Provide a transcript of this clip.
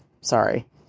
sorry